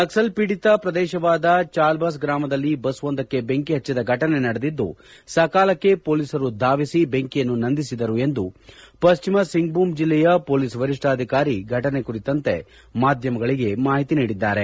ನಕ್ಷಲ್ ಪೀಡಿತ ಪ್ರದೇಶವಾದ ಚಾಲ್ಲಸ್ ಗ್ರಾಮದಲ್ಲಿ ಬಸ್ವೊಂದಕ್ಕೆ ಬೆಂಕಿ ಹಚ್ಚಿದ ಘಟನೆ ನಡೆದಿದ್ದು ಸಕಾಲಕ್ಷೆ ಪೊಲೀಸರು ಧಾವಿಸಿ ಬೆಂಕಿಯನ್ನು ನಂದಿಸಿದರು ಎಂದು ಪಶ್ಚಿಮ ಸಿಂಘ್ಭೂಮ್ ಜಿಲ್ಲೆಯ ಪೊಲೀಸ್ ವರಿಷ್ಠಾಧಿಕಾರಿ ಘಟನೆ ಕುರಿತಂತೆ ಮಾಧ್ಯಮಗಳಿಗೆ ಮಾಹಿತಿ ನೀಡಿದ್ದಾರೆ